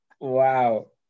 Wow